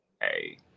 Hey